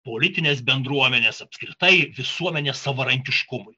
politinės bendruomenės apskritai visuomenės savarankiškumui